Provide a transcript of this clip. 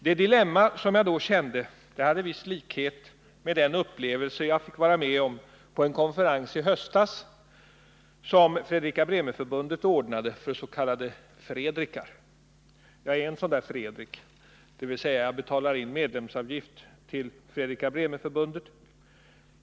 Det dilemma som jag då kände hade en viss likhet med den upplevelse jag fick vara med om på en konferens i höstas, som Fredrika Bremer-förbundet ordnade för s.k. Fredrikar. Jag är en sådan där Fredrik, dvs. jag betalar medlemsavgift till Fredrika Bremer-förbundet.